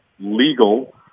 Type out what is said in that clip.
legal